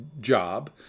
job